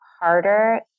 harder